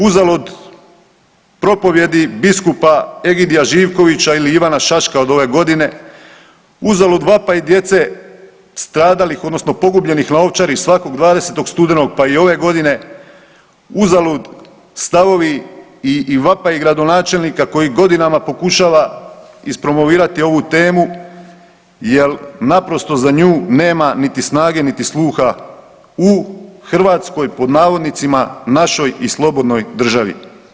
Uzalud propovijedi biskupa Egidija Živkovića ili Ivana Šaška od ove godine, uzalud vapaj djece stradalih odnosno pogubljenih na Ovčari svakog 20. studenog pa i ove godine, uzalud stavovi i vapaji gradonačelnika koji godinama pokušava ispromovirati ovu temu jer naprosto za nju nema niti snage niti sluha u Hrvatskoj pod navodnicima našoj i slobodnoj državi.